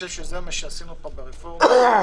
זה מה שעשינו פה ברפורמה,